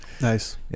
Nice